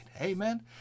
Amen